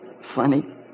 Funny